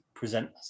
present